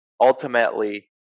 Ultimately